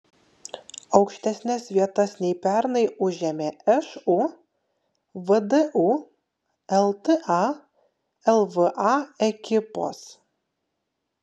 aukštesnes vietas nei pernai užėmė šu vdu lta lva ekipos